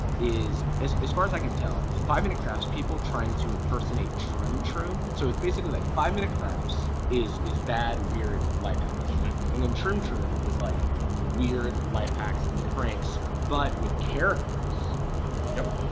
is is as far as i can tell the five minute crafts people trying to impersonate troom troom so it's basically like five minute crafts is is bad weird life hacks and then troom troom is like weird life hacks and pranks but with characters yep.